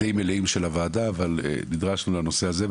מלאים של הוועדה, אבל נדרשנו לנושא הזה.